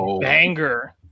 Banger